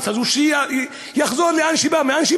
השפה הערבית, גם כשמכריזים בה באוטובוס,